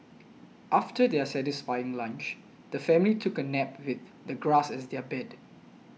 after their satisfying lunch the family took a nap with the grass as their bed